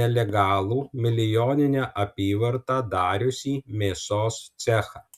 nelegalų milijoninę apyvartą dariusį mėsos cechą